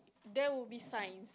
there will be signs